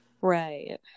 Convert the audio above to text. right